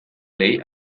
ley